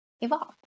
evolve